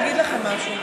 אני רוצה להגיד לכם משהו.